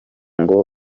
ngo